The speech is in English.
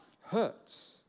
hurts